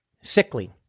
sickly